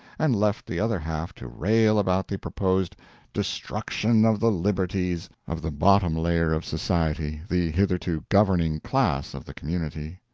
and left the other half to rail about the proposed destruction of the liberties of the bottom layer of society, the hitherto governing class of the community.